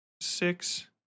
six